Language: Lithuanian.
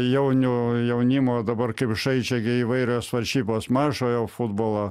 jaunių jaunimo dabar kaip žaidžia gi įvairios varžybos mažojo futbolo